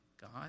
God